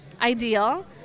ideal